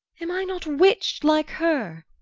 am i not witcht like her?